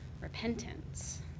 repentance